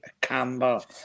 Campbell